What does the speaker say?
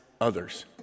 others